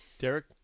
Derek